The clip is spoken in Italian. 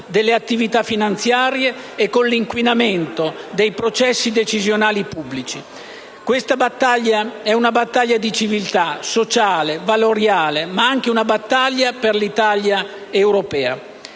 delle attività finanziarie e per l'inquinamento dei processi decisionali pubblici. Questa battaglia è una battaglia di civiltà sociale, valoriale, ma anche una battaglia per l'Italia europea.